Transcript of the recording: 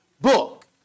book